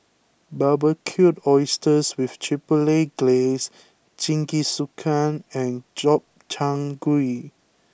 Barbecued Oysters with Chipotle Glaze Jingisukan and Gobchang Gui